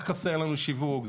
רק חסר לנו שיווק,